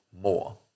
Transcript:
more